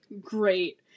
Great